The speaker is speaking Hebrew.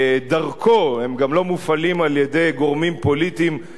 והם גם לא מופעלים על-ידי גורמים פוליטיים חיצוניים,